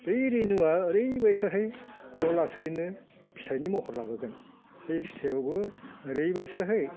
बै रेनुवा ओरैबायदिहाय उनाव लासैनो फिथाइनि महर लाबोगोन बै फिथाइआवबो ओरैबायदिहै